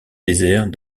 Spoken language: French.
désert